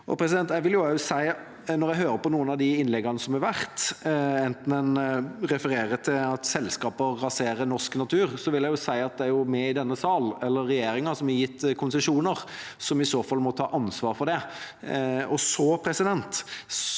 Når jeg hører på noen av de innleggene som har vært, enten en refererer til at selskaper raserer norsk natur eller ei, så vil jeg si at det er jo vi i denne sal, eller regjeringa, som har gitt konsesjoner, som i så fall må ta ansvar for det.